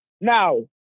Now